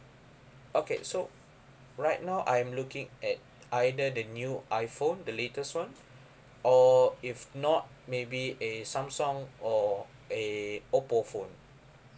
okay so right now I'm looking at either the new iphone the latest [one] or if not maybe a samsung or a oppo phone